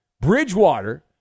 Bridgewater